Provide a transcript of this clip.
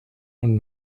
und